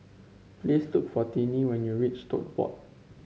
please look for Tinie when you reach Tote Board